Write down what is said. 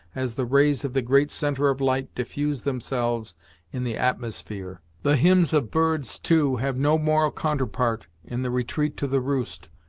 as the rays of the great centre of light diffuse themselves in the atmosphere. the hymns of birds, too, have no moral counterpart in the retreat to the roost,